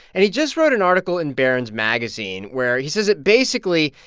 and he just wrote an article in barron's magazine where he says that basically,